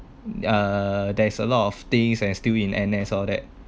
uh there's a lot of things are still in N_S all that